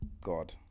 God